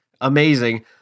Amazing